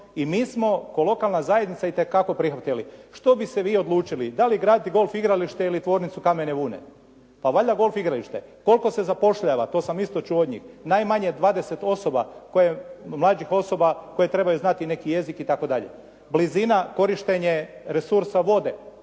i mi smo kao lokalna zajednica i te kako prihvatili. Što biste vi odlučili? Da li graditi golf igralište ili tvornicu … /Govornik se ne razumije./ … Pa valjda golf igralište. Koliko se zapošljava? To sam isto čuo od njih, najmanje 20 osoba, mlađih osoba koje trebaju znati neki jezik i tako dalje. Blizina, korištenje resursa vode